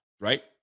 right